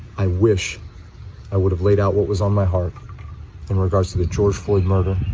i wish i would have laid out what was on my heart in regards the the george floyd murder,